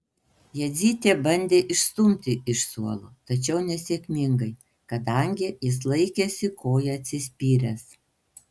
jadzytė bandė išstumti iš suolo tačiau nesėkmingai kadangi jis laikėsi koja atsispyręs